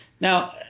Now